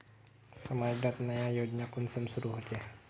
समाज डात नया योजना कुंसम शुरू होछै?